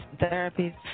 Therapies